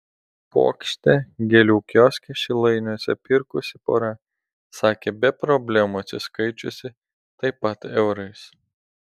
puokštę gėlių kioske šilainiuose pirkusi pora sakė be problemų atsiskaičiusi taip pat eurais